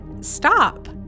Stop